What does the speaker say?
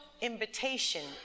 invitation